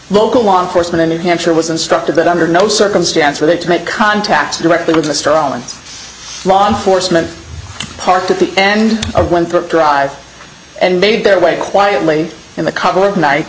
local law enforcement in new hampshire was instructed that under no circumstance were they to make contact directly with mr owens law enforcement parked at the end of winter drive and made their way quietly in the cover of night